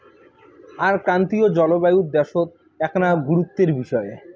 আর ক্রান্তীয় জলবায়ুর দ্যাশত এ্যাকনা গুরুত্বের বিষয়